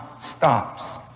stops